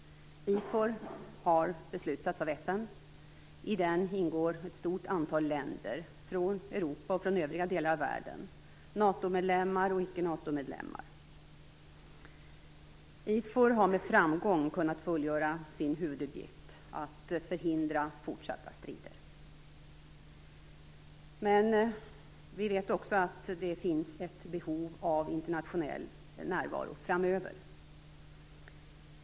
IFOR har beslutats av FN. I den ingår ett stort antal länder från Europa och från övriga delar av världen - NATO-medlemmar och icke NATO-medlemmar. IFOR har med framgång kunnat fullgöra sin huvuduppgift att förhindra fortsatta strider. Men vi vet också att det finns ett behov av internationell närvaro framöver.